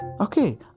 Okay